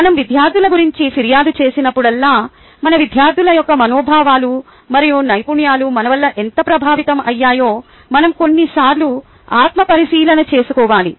మనం విద్యార్థుల గురించి ఫిర్యాదు చేసినప్పుడల్లా మన విద్యార్థుల యొక్క మనోభావాలు మరియు నైపుణ్యాలు మన వల్ల ఎంత ప్రభావితం అయ్యాయో మనం కొన్నిసార్లు ఆత్మపరిశీలన చేసుకోవాలి